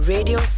Radio